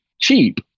cheap